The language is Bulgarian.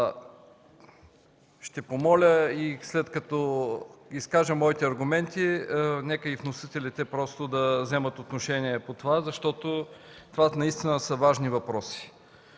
Ще помоля след като изкажа моите аргументи, нека и вносителите да вземат отношение по това, защото наистина са важни въпроси.